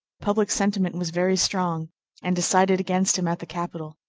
public sentiment was very strong and decided against him at the capital,